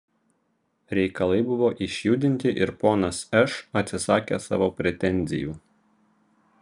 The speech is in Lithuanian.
reikalai buvo išjudinti ir ponas š atsisakė savo pretenzijų